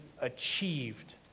achieved